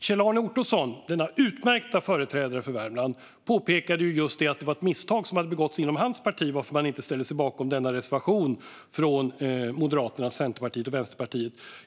Kjell-Arne Ottosson, denna utmärkta företrädare för Värmland, påpekade just att ett misstag hade begåtts inom hans parti gällande varför man inte ställer sig bakom denna reservation från Moderaterna, Centerpartiet och Vänsterpartiet.